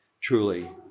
truly